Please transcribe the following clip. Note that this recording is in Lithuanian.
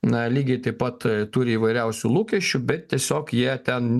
na lygiai taip pat turi įvairiausių lūkesčių bet tiesiog jie ten